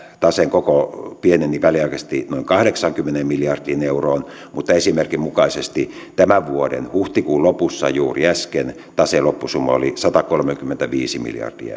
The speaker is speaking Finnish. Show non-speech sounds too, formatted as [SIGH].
taseen koko pieneni väliaikaisesti noin kahdeksaankymmeneen miljardiin euroon mutta esimerkinmukaisesti tämän vuoden huhtikuun lopussa juuri äsken taseen loppusumma oli satakolmekymmentäviisi miljardia [UNINTELLIGIBLE]